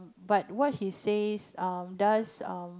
but what he says um does um